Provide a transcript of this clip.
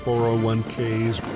401ks